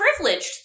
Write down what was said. privileged